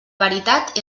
veritat